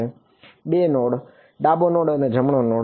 2 node ડાબો node અને જમણો નોડ